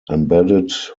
embedded